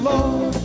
Lord